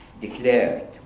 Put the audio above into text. declared